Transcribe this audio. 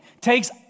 takes